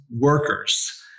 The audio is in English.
workers